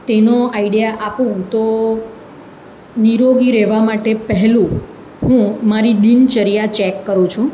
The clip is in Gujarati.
તેનો આઇડિયા આપું તો નિરોગી રહેવા માટે પહેલું હું મારી દિનચર્યા ચેક કરું છું